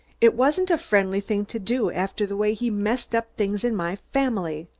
it wasn't a friendly thing to do, after the way he messed up things in my family.